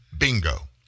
Bingo